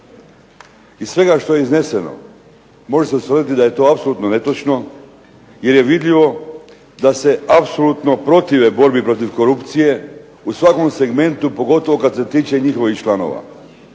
Iz svega što je izneseno može se ustvrditi da je to apsolutno netočno jer je vidljivo da se apsolutno protive borbi protiv korupcije u svakom segmentu pogotovo kad se tiče njihovih članova.